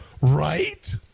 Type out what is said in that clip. Right